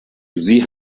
sie